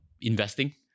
investing